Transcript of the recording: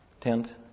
tent